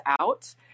out